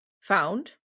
found